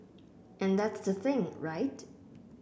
and that's the thing right